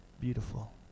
beautiful